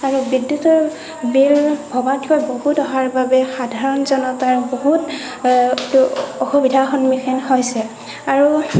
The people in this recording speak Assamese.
আৰু বিদ্যুতৰ বিল ভবাতকৈ বহুত অহাৰ বাবে সাধাৰণ জনতাৰ বহুত অসুবিধাৰ সন্মুখীন হৈছে আৰু